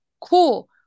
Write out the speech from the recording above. cool